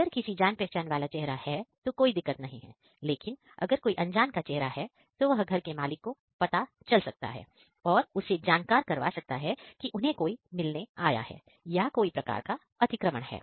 अगर किसी जान पहचान वाला चेहरा है तो कोई दिक्कत नहीं है लेकिन अगर कोई अनजान का चेहरा है तो वह घर के मालिक को पता चल सकता है और उसे जानकार करवा सकता है कि उन्हें कोई मिलने आया है या कोई प्रकार का अतिक्रमण है